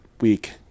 week